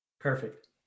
Perfect